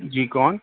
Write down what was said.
جی کون